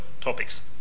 topics